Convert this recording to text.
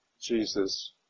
Jesus